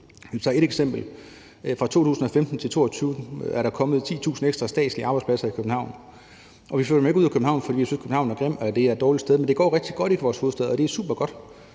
som ét eksempel, er der fra 2015 til 2022 kommet 10.000 ekstra statslige arbejdspladser i København. Og jeg flyttede ikke ud af København, fordi jeg synes, at København er grim og det er et dårligt sted. Men det går rigtig godt i vores hovedstad, og det er supergodt,